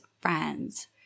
friends